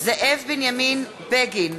זאב בנימין בגין,